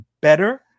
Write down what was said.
better